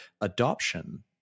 adoption